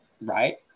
right